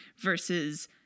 versus